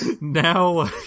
Now